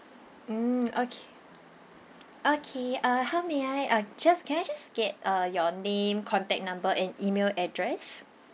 mm okay okay uh how may I uh just can I just get uh your name contact number and email address